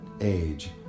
age